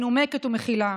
מנומקת ומכילה.